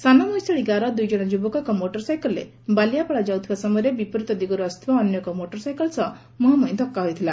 ସାନମଇଁଷାଳି ଗାଁର ଦୁଇଜଣ ଯୁବକ ଏକ ମୋଟରସାଇକେଲରେ ବାଲିଆପାଳ ଯାଉଥିବା ସମୟରେ ବିପରୀତ ଦିଗରୁ ଆସୁଥିବା ଅନ୍ୟ ଏକ ମୋଟରସାଇକେଲ ସହ ମୁହାଁମୁହି ଧକ୍କା ହୋଇଥିଲା